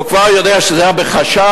הוא כבר יודע שזה היה בחשאי,